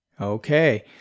okay